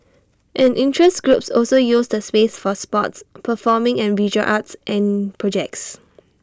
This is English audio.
and interest groups also use the space for sports performing and visual arts and projects